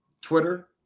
Twitter